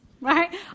right